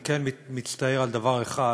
אני כן מצטער על דבר אחד,